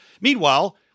Meanwhile